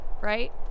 right